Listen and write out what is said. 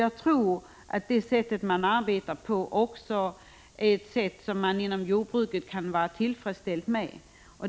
Jag tror att det sätt på vilket man arbetar är ett sätt som man inom jordbruket kan vara tillfredsställd med.